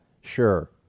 sure